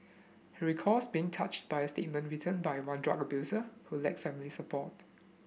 he recalls being touched by a statement written by one drug abuser who lacked family support